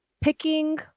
picking